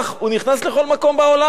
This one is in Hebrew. הוא נכנס לכל מקום בעולם.